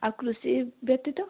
ଆଉ କୃଷି ବ୍ୟତୀତ